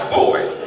boys